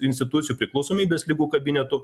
institucijų priklausomybės ligų kabinetų